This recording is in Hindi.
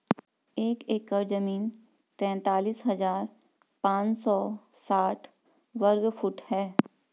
एक एकड़ जमीन तैंतालीस हजार पांच सौ साठ वर्ग फुट है